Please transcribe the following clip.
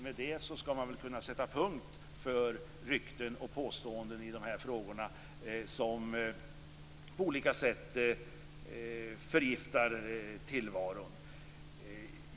Med det skall vi väl kunna sätta punkt för rykten och påståenden i de här frågorna som på olika sätt förgiftar tillvaron.